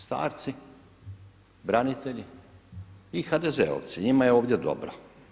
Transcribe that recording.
Starci, branitelji i HDZ-ovci, njima je ovdje dobro.